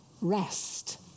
rest